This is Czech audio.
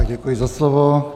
Děkuji za slovo.